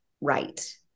right